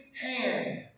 hand